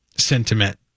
sentiment